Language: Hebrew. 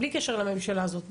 בלי קשר לממשלה הזאת,